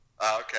Okay